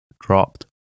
dropped